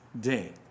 day